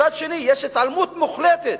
מצד אחר, יש התעלמות מוחלטת